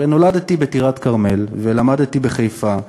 הרי נולדתי בטירת-כרמל ולמדתי בחיפה,